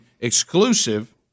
exclusive